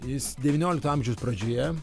jis devyniolikto amžiaus pradžioje